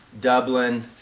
Dublin